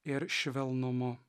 ir švelnumu